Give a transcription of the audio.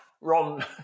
ron